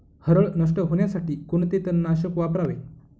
हरळ नष्ट होण्यासाठी कोणते तणनाशक वापरावे?